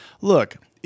look